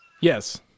Yes